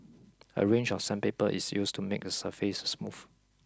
a range of sandpaper is used to make the surface smooth